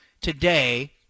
today